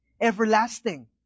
everlasting